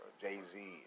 Jay-Z